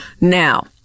now